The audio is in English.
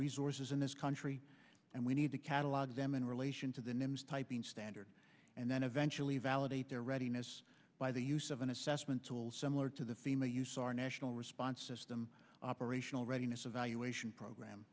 resources in this country and we need to catalog them in relation to the names typing standard and then eventually validate their readiness by the use of an assessment tool similar to the fema use our national response system operational readiness evaluation program